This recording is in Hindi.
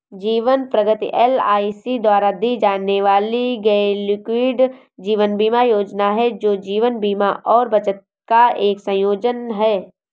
जीवन प्रगति एल.आई.सी द्वारा दी जाने वाली गैरलिंक्ड जीवन बीमा योजना है, जो जीवन बीमा और बचत का एक संयोजन है